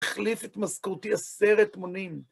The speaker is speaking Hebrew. החליף את משכורתי עשרת תמונים.